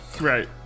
Right